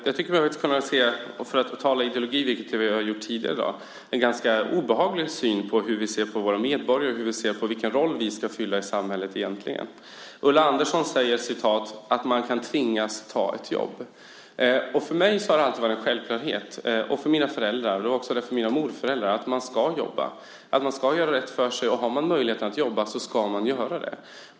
Fru talman! När vi nu talar ideologi tycker jag mig kunna se en rätt obehaglig syn på våra medborgare och på vilken roll vi egentligen ska fylla i samhället. Ulla Andersson säger att man kan "tvingas att ta" ett jobb. För mig, för mina föräldrar och för mina morföräldrar har det alltid varit en självklarhet att man ska jobba. Man ska göra rätt för sig, och har man möjlighet att jobba så ska man göra det.